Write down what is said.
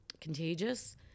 contagious